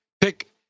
pick